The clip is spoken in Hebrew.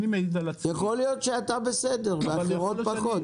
יכול להיות שאתה בסדר ואחרות פחות.